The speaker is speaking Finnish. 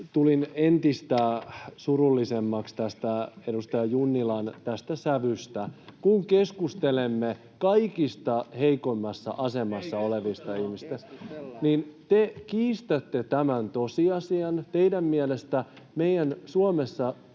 vielä entistä surullisemmaksi tästä edustaja Junnilan sävystä. Kun keskustelemme kaikista heikoimmassa asemassa olevista ihmistä, [Vilhelm Junnila: Ei keskustella!] niin te kiistätte tämän tosiasian. Teidän mielestänne Suomessa